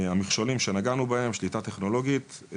המכשולים שנגענו בהם, שליטה טכנולוגית.